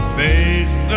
face